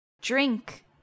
drink